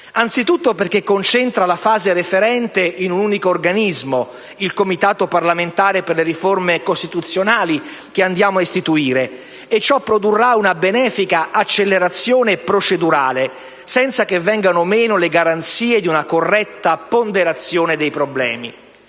anzitutto, perché concentra la fase referente in un unico organismo - il Comitato parlamentare per le riforme costituzionali che andiamo a istituire - e ciò produrrà una benefica accelerazione procedurale senza che vengano meno le garanzie di una corretta ponderazione dei problemi;